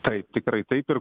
taip tikrai taip ir